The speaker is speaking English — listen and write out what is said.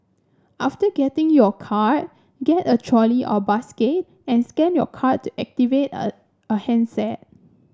after getting your card get a trolley or basket and scan your card to activate a a handset